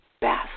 best